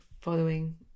following